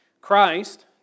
Christ